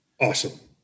awesome